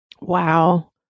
Wow